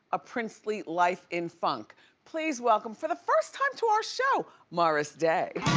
a princely life in funk please welcome, for the first time to our show, morris day!